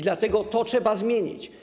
Dlatego to trzeba zmienić.